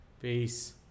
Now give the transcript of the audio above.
Peace